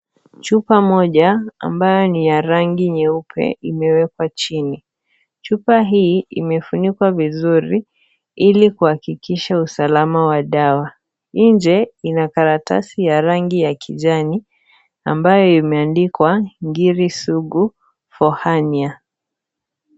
Chupa moja amabyo ni ya rangi nyeupe imewekwa chini. Chupa hii imefunikwa vizuri Ili kuhakikisha usalama wa dawa. Nje ina karatasi ya rangi ya kijani ambayo imeandikwa "Ngiri sugu for hernia".